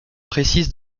précise